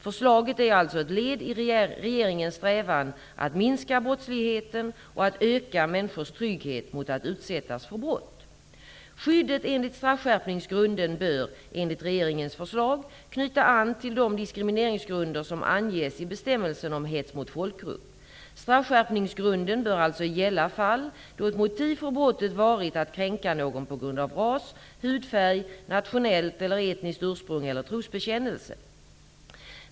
Förslaget är alltså ett led i regeringens strävan att minska brottsligheten och att öka människors trygghet mot att utsättas för brott. Skyddet enligt straffskärpningsgrunden bör enligt regeringens förslag knyta an till de diskrimineringsgrunder som anges i bestämmelsen om hets mot folkgrupp . Straffskärpningsgrunden bör alltså gälla fall då ett motiv för brottet varit att kränka någon på grund av ras, hudfärg, nationellt eller etniskt ursprung eller trosbekännelse.